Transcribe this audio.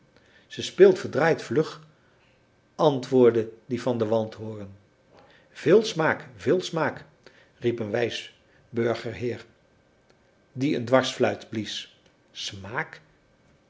ze speelt verdraaid vlug antwoordde die van den waldhoren veel smaak veel smaak riep een wijs burgerheer die een dwarsfluit blies smaak